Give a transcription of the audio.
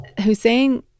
Hussein